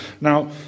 Now